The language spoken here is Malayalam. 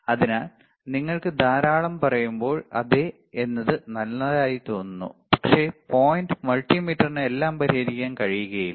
അതിനാൽ നിങ്ങൾ ധാരാളം പറയുമ്പോൾ അതെ എന്നത് നല്ലതായി തോന്നുന്നു പക്ഷേ പോയിന്റ് മൾട്ടിമീറ്ററിന് എല്ലാം പരിഹരിക്കാൻ കഴിയില്ല